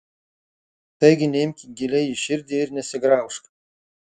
taigi neimk giliai į širdį ir nesigraužk